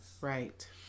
Right